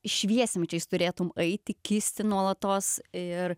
šviesmečiais turėtum eiti kisti nuolatos ir